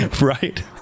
right